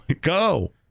Go